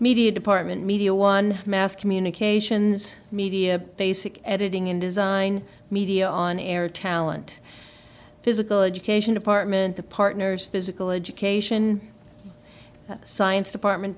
media department media one mass communications media basic editing in design media on air talent physical education department the partners physical education the science department